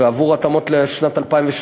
ועבור התאמות לשנת 2013